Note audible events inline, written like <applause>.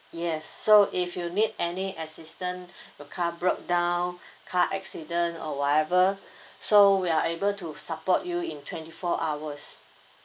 yes so if you need any assistance <breath> your car broke down car accident or whatever <breath> so we are able to support you in twenty four hours